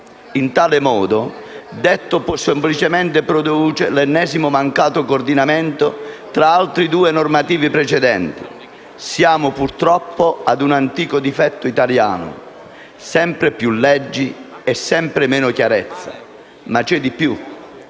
In tale modo, detto più semplicemente, produce l'ennesimo mancato coordinamento con altre due normative precedenti. Siamo purtroppo ad un antico difetto italiano: sempre più leggi e sempre meno chiarezza. Ma c'è di più.